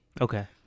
okay